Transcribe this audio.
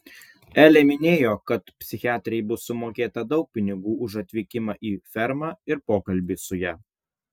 elė minėjo kad psichiatrei bus sumokėta daug pinigų už atvykimą į fermą ir pokalbį su ja